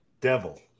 devil